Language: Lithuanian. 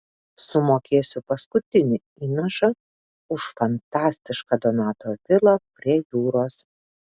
sumokėsiu paskutinį įnašą už fantastišką donato vilą prie jūros